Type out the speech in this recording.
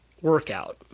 workout